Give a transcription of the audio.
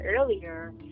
earlier